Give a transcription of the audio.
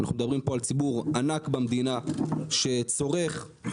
אנחנו מדברים פה על ציבור ענק במדינה שצורך תחבורה ציבורית.